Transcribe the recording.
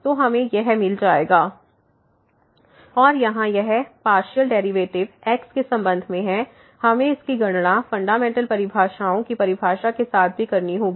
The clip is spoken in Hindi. तो हमें मिल गया fxxyy3x2y232xy≠00 0 और यहाँ यह पार्शियल डेरिवेटिव x के संबंध में है हमें इसकी गणना फंडामेंटल परिभाषाओं की परिभाषा के साथ भी करनी होगी